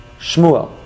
Shmuel